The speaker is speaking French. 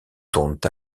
tournent